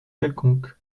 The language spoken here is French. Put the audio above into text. quelconque